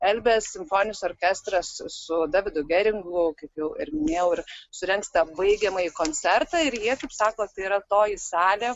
elbės simfoninis orkestras su davidu geringu kaip jau ir minėjau ir surengs baigiamąjį koncertą ir jie taip sako tai yra toji salė